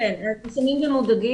נכון שמדובר